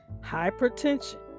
hypertension